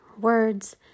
words